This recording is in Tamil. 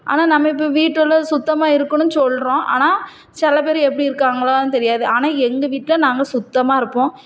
ஆனால் நம்ம இப்போ வீட்டுள்ளே சுத்தமாக இருக்கணும் சொல்கிறோம் ஆனால் சில பேர் எப்படி இருக்காங்களோ தெரியாது ஆனால் எங்கள் வீட்டில் நாங்கள் சுத்தமாக இருப்போம்